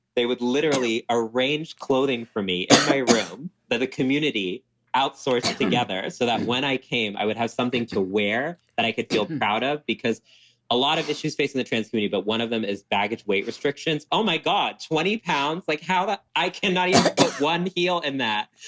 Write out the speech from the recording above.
they would literally arrange clothing for me in and my room that the community outsource together. so that when i came, i would have something to wear that i could feel proud of because a lot of issues facing the trans community, but one of them is baggage weight restrictions. oh my god. twenty pounds. like how? i can not even put one heel in that.